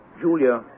Julia